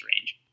range